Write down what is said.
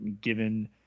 given